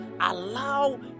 allow